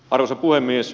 arvoisa puhemies